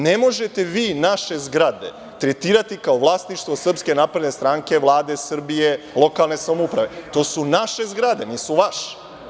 Ne možete vi naše zgrade tretirati kao vlasništvo SNS, Vlade Srbije, lokalne samouprave, to su naše zgrade, nisu vaše.